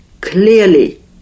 clearly